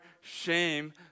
shame